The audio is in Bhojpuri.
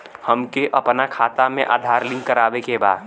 हमके अपना खाता में आधार लिंक करावे के बा?